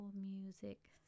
music